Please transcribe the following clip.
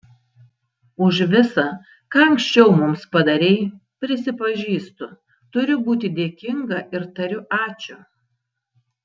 už visa ką anksčiau mums padarei prisipažįstu turiu būti dėkinga ir tariu ačiū